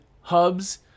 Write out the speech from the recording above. hubs